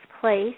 place